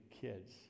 kids